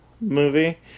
movie